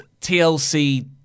TLC